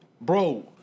Bro